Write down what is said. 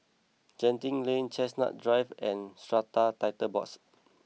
Genting Lane Chestnut Drive and Strata Titles Board